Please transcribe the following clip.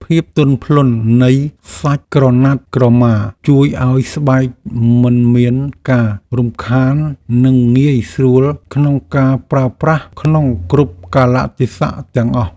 ភាពទន់ភ្លន់នៃសាច់ក្រណាត់ក្រមាជួយឱ្យស្បែកមិនមានការរំខាននិងងាយស្រួលក្នុងការប្រើប្រាស់ក្នុងគ្រប់កាលៈទេសៈទាំងអស់។